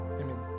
Amen